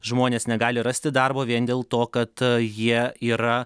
žmonės negali rasti darbo vien dėl to kad jie yra